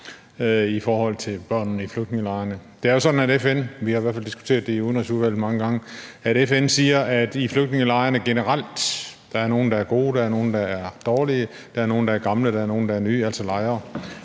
i forhold til børnene i flygtningelejrene. Det er jo sådan, at FN – vi har i hvert fald diskuteret det i Udenrigsudvalget mange gange – siger, at i flygtningelejrene generelt, og der er nogle, der er gode, der er nogle, der er dårlige, og der er nogle, der er gamle, og der er nogle, der er nye, er der